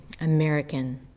American